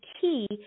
key